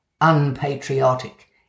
unpatriotic